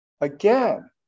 again